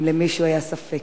אם למישהו היה ספק.